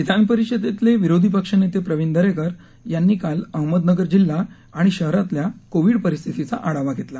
विधान परिषदेतले विरोधी पक्षनेते प्रवीण दरेकर यांनी काल अहमदनगर जिल्हा आणि शहरातल्या कोविड परिस्थितीचा आढावा घेतला